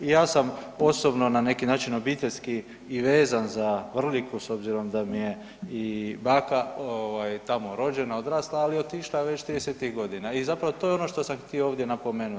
Ja sam osobno na neki način obiteljski i vezan za Vrliku s obzirom da mi je i baka ovaj tamo rođena i odrasla, ali otišla je već 30-ih godina i zapravo to je ono što sam htio ovdje napomenut.